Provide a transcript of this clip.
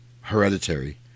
Hereditary